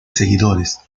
seguidores